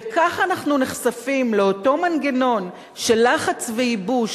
וכך אנחנו נחשפים לאותו מנגנון של לחץ וייבוש